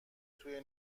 توی